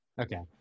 okay